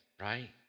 right